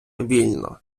вільно